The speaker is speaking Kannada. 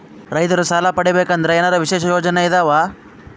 ರೈತರು ಸಾಲ ಪಡಿಬೇಕಂದರ ಏನರ ವಿಶೇಷ ಯೋಜನೆ ಇದಾವ?